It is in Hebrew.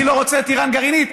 אני לא רוצה את איראן גרעינית,